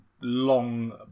long